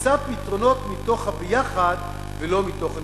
נמצא פתרונות מתוך הביחד ולא מתוך הנפרד.